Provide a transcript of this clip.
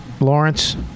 Lawrence